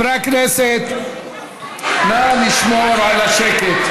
חברי הכנסת, נא לשמור על השקט.